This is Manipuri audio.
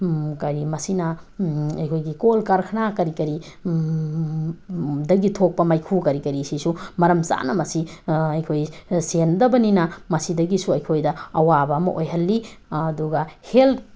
ꯀꯔꯤ ꯃꯁꯤꯅ ꯑꯩꯈꯣꯏꯒꯤ ꯀꯣꯜꯀꯔꯈꯅꯥ ꯀꯔꯤ ꯀꯔꯤ ꯗꯒꯤ ꯊꯣꯛꯄ ꯃꯩꯈꯨ ꯀꯔꯤ ꯀꯔꯤꯁꯤꯁꯨ ꯃꯔꯝ ꯆꯥꯅ ꯃꯁꯤ ꯑꯩꯈꯣꯏ ꯁꯦꯟꯅꯗꯕꯅꯤꯅ ꯃꯁꯤꯗꯒꯤꯁꯨ ꯑꯩꯈꯣꯏꯗ ꯑꯋꯥꯕ ꯑꯃ ꯑꯣꯏꯍꯜꯂꯤ ꯑꯗꯨꯒ ꯍꯦꯜ